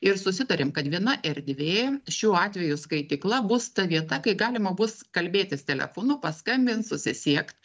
ir susitarėm kad viena erdvė šiuo atveju skaitykla bus ta vieta kai galima bus kalbėtis telefonu paskambint susisiekt